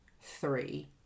three